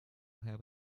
have